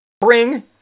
Bring